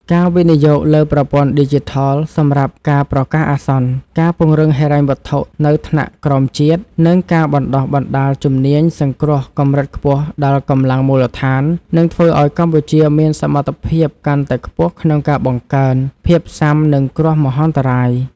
ការវិនិយោគលើប្រព័ន្ធឌីជីថលសម្រាប់ការប្រកាសអាសន្ន ការពង្រឹងហិរញ្ញវត្ថុនៅថ្នាក់ក្រោមជាតិ និងការបណ្ដុះបណ្ដាលជំនាញសង្គ្រោះកម្រិតខ្ពស់ដល់កម្លាំងមូលដ្ឋាន នឹងធ្វើឱ្យកម្ពុជាមានសមត្ថភាពកាន់តែខ្ពស់ក្នុងការបង្កើន ភាពស៊ាំនឹងគ្រោះមហន្តរាយ ។